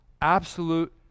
absolute